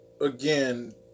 Again